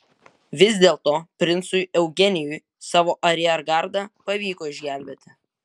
vis dėlto princui eugenijui savo ariergardą pavyko išgelbėti